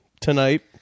tonight